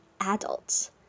adults